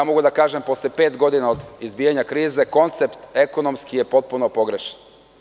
Mogu da kažem posle pet godina od izbijanja krize, koncept ekonomski je potpuno pogrešan.